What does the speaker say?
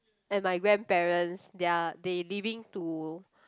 and my grandparents they are they leaving to